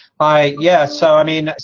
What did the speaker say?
yeah, so, i mean,